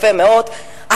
יפה מאוד,